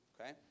Okay